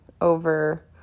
over